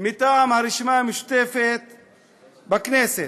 מטעם הרשימה המשותפת בכנסת.